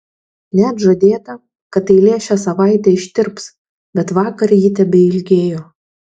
net žadėta kad eilė šią savaitę ištirps bet vakar ji tebeilgėjo